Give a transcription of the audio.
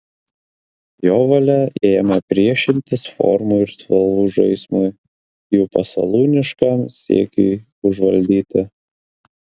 jo valia ėmė priešintis formų ir spalvų žaismui jų pasalūniškam siekiui užvaldyti